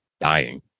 dying